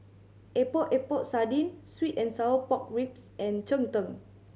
Epok Epok Sardin sweet and sour pork ribs and cheng tng